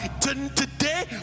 today